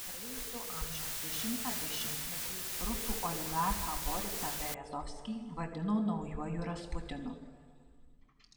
praėjusio amžiaus dešimtą dešimtmetį rusų oligarchą borisą berezovskį vadino naujuoju rasputinu